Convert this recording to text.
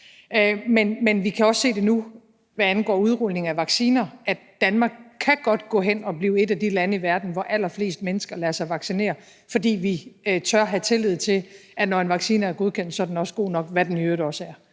os. Vi kan også se det nu, hvad angår udrulning af vacciner, nemlig at Danmark godt kan gå hen og blive et af de lande i verden, hvor allerflest mennesker lader sig vaccinere, fordi vi tør have tillid til, at når en vaccine er godkendt, er den også god nok, hvad den i øvrigt også er.